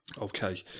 Okay